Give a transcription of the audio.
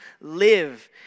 live